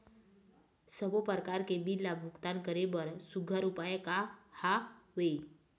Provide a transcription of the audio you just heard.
सबों प्रकार के बिल ला भुगतान करे बर सुघ्घर उपाय का हा वे?